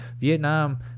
Vietnam